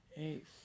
eight